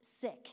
sick